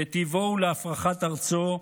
לטבעו ולהפרחת ארצו,